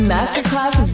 Masterclass